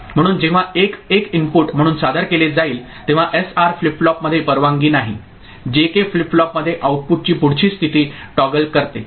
म्हणून जेव्हा 1 1 इनपुट म्हणून सादर केले जाईल तेव्हा एसआर फ्लिप फ्लॉपमध्ये परवानगी नाही जे के फ्लिप फ्लॉप मध्ये आउटपुटची पुढची स्थिती टॉगल करते